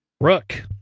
Rook